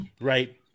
right